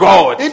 God